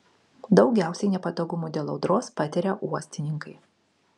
daugiausiai nepatogumų dėl audros patiria uostininkai